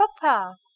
Papa